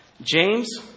James